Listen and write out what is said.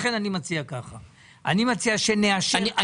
לכן אני מציע ככה: אני מציע שנאשר עכשיו.